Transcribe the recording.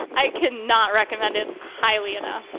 i can not recommend it highly enough